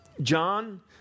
John